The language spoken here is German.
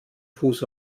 fuß